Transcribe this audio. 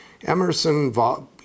Emerson